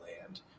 land